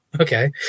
okay